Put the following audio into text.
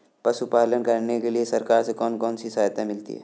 पशु पालन करने के लिए सरकार से कौन कौन सी सहायता मिलती है